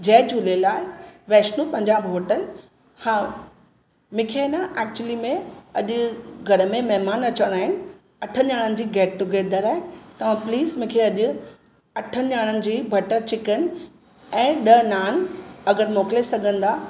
जय Jhulelal Vaishnu Punjab hotel हा मूंखे आहे न एक्चुली में अॼु घर में महिमान अचिणा आहिनि अठनि ॼणनि जी गेटटुगेदर आहे तव्हां प्लीस मूंखे अॼु अठ ॼणनि जी भटर चिकन ऐं ॾह नान अगरि मोकिले सघंदा